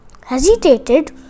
hesitated